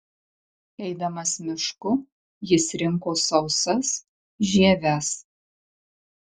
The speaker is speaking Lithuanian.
eidamas mišku jis rinko sausas žieves